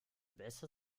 besser